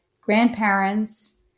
grandparents